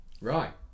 right